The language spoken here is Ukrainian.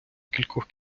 кількох